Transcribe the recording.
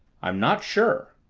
i'm not sure.